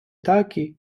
такі